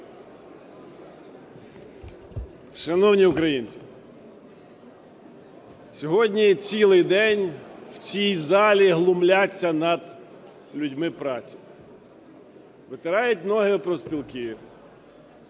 Шановні українці, сьогодні цілий день в цій залі глумляться над людьми праці, витирають ноги об профспілки.